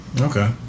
Okay